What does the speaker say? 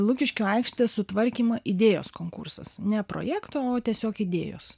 lukiškių aikštės sutvarkymo idėjos konkursas ne projekto o tiesiog idėjos